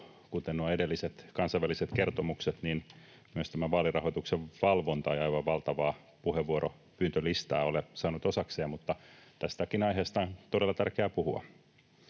nuo edelliset kansainväliset kertomukset, myöskään tämä vaalirahoituksen valvonta ei aivan valtavaa puheenvuoropyyntölistaa ole saanut osakseen. Mutta tästäkin aiheesta on todella tärkeää puhua.